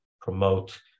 promote